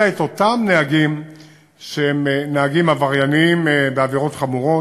את אותם נהגים שהם נהגים עבריינים בעבירות חמורות.